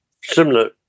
similar